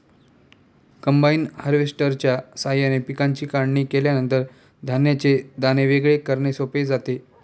combine हार्वेस्टरच्या साहाय्याने पिकांची काढणी केल्यानंतर धान्याचे दाणे वेगळे करणे सोपे जाते